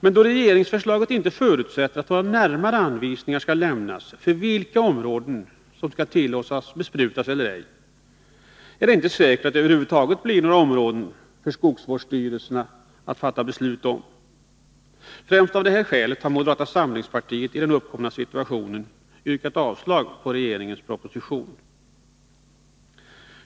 Men då regeringsförslaget inte förutsätter att några närmare anvisningar skall lämnas för vilkas områden som skall tillåtas besprutas eller ej, är det inte säkert att det över huvud taget blir några områden för skogsvårdsstyrelserna att fatta beslut om. Främst av detta skäl har moderata samlingspartiet i den uppkomma situationen yrkat avslag på regeringens proposition.